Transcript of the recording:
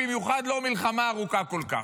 במיוחד לא מלחמה ארוכה כל כך.